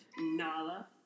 Nala